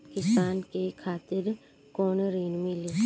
किसान के खातिर कौन ऋण मिली?